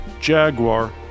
Jaguar